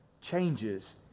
changes